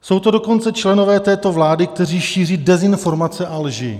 Jsou to dokonce členové této vlády, kteří šíří dezinformace a lži.